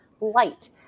light